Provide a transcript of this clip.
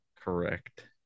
Correct